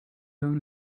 down